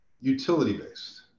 utility-based